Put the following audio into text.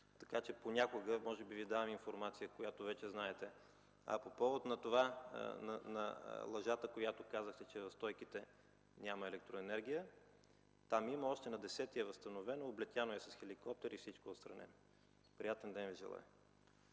може би понякога Ви давам информация, която вече знаете. По повод на лъжата, която казахте, че в Стойките няма електроенергия, там има, още на 10 януари е възстановена, облетяно е с хеликоптери и всичко е отстранено. Приятен ден Ви желая!